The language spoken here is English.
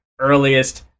earliest